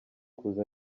kuza